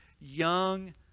young